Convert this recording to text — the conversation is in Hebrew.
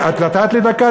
את נתת לי דקה?